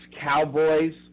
Cowboys